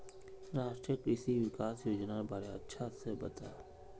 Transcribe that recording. राष्ट्रीय कृषि विकास योजनार बारे अच्छा से बता